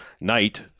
night